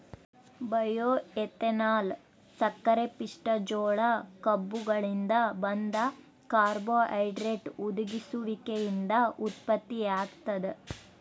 bioethanol ಸಕ್ಕರೆಪಿಷ್ಟ ಜೋಳ ಕಬ್ಬುಗಳಿಂದ ಬಂದ ಕಾರ್ಬೋಹೈಡ್ರೇಟ್ ಹುದುಗುಸುವಿಕೆಯಿಂದ ಉತ್ಪತ್ತಿಯಾಗ್ತದ